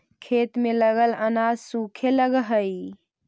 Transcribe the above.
खेत में लगल अनाज सूखे लगऽ हई